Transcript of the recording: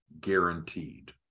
guaranteed